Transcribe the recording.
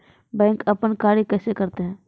Bank अपन कार्य कैसे करते है?